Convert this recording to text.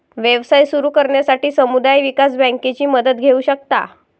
व्यवसाय सुरू करण्यासाठी समुदाय विकास बँकेची मदत घेऊ शकता